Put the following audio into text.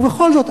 ובכל זאת,